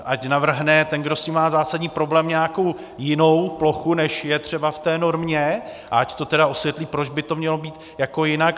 Ať navrhne ten, kdo s tím má zásadní problém, nějakou jinou plochu, než je třeba v té normě, a ať to tedy osvětlí, proč by to mělo být jinak.